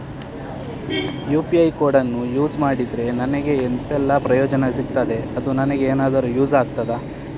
UPI ಕೋಡನ್ನು use ಮಾಡಿದ್ರೆ ನನಗೆ ಎಂಥೆಲ್ಲಾ ಪ್ರಯೋಜನ ಸಿಗ್ತದೆ, ಅದು ನನಗೆ ಎನಾದರೂ ಯೂಸ್ ಆಗ್ತದಾ?